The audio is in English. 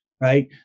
Right